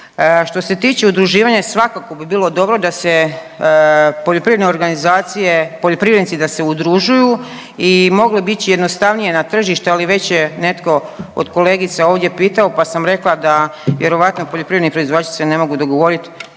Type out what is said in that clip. Što se tiče udruživanja svakako bi bilo dobro da se poljoprivredne organizacije, poljoprivrednici da se udružuju i mogli bi ići jednostavnije na tržištu, ali već je netko od kolegica ovdje pitao pa sam rekla da vjerojatno poljoprivredni proizvođači se ne mogu dogovorit